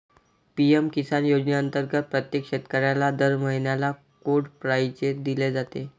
PM Kisan योजनेअंतर्गत प्रत्येक शेतकऱ्याला दर महिन्याला कोड प्राईज दिली जाते